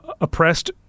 oppressed